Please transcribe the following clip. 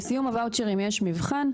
בסיום הוואוצ'רים יש מבחן.